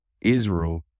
Israel